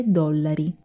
dollari